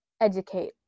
educate